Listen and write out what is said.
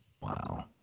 wow